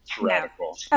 Radical